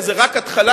וזה רק ההתחלה,